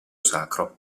sacro